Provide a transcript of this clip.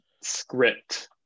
script